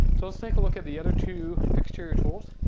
so let's take a look at the other two exterior tools.